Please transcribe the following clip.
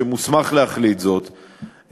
שמוסמך להחליט זאת,